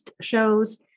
shows